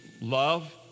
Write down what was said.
Love